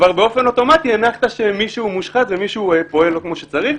באופן אוטומטי הנחת שמישהו מושחת ומישהו פועל לא כמו שצריך,